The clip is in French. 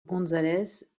gonzález